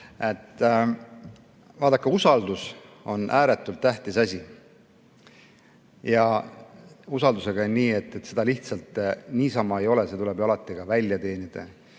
murekoht. Vaadake, usaldus on ääretult tähtis asi. Ja usaldusega on nii, et seda lihtsalt niisama ei ole, see tuleb ju alati ka välja teenida.